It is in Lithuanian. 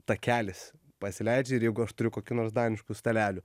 takelis pasileidžia ir jeigu aš turiu kokių nors daniškų stalelių